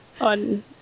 on